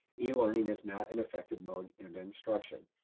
yeah e-learning is not an effective mode of instruction.